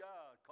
God